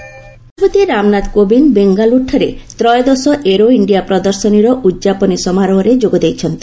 ପ୍ରେଜ୍ aero India ରାଷ୍ଟ୍ରପତି ରାମନାଥ କୋବିନ୍ଦ ବେଙ୍ଗାଲୁରୁଠାରେ ତ୍ରୟୋଦଶ ଏରୋ ଇଣ୍ଡିଆ ପ୍ରଦର୍ଶନର ଉଦ୍ଯାପନୀ ସମାରୋହରେ ଯୋଗ ଦେଇଛନ୍ତି